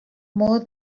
more